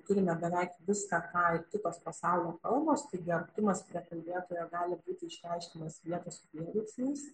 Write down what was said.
turime beveik viską ką ir kitos pasaulio kalbos taigi artumas prie kalbėtojo galite būti išreiškiamas vietos prieveiksmiais